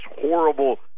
horrible